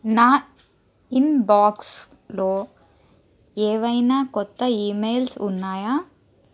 నా ఇన్బాక్స్లో ఏవైనా కొత్త ఈమెయిల్స్ ఉన్నాయా